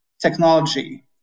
technology